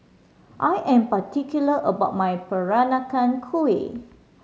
I am particular about my Peranakan Kueh